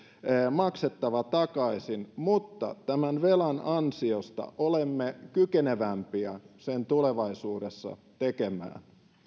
maksettava takaisin mutta tämän velan ansiosta olemme kykenevämpiä sen tulevaisuudessa tekemään